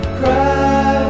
cry